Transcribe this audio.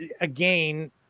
again